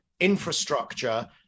infrastructure